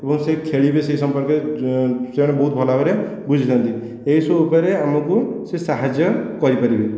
ଏବଂ ସେ ଖେଳିବେ ସେ ସମ୍ପର୍କରେ ସେମାନେ ବହୁତ ଭଲ ଭାବରେ ବୁଝିଥାନ୍ତି ଏହି ସବୁ ଉପାୟରେ ଆମକୁ ସେ ସାହାଯ୍ୟ କରିପାରିବେ